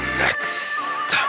next